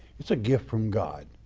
it's a gift from god.